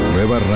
Nueva